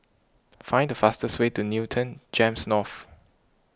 find the fastest way to Newton Gems North